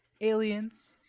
Aliens